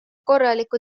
korraliku